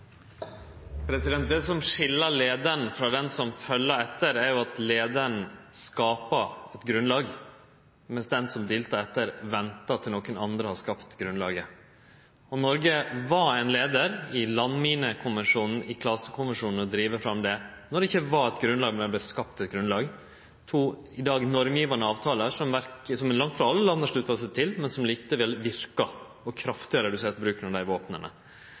Det som skil ein leiar frå ein som følgjer etter, er at leiaren skapar eit grunnlag, mens han som diltar etter, ventar til nokon andre har skapt grunnlaget. Noreg var ein leiar i å drive fram landminekonvensjonen og konvensjonen om klasevåpen, då det ikkje var eit grunnlag, men vart skapt eit grunnlag. Dette er i dag to normgjevande avtalar som langt ifrå alle land har slutta seg til, men som likevel verkar og kraftig har redusert bruken av dei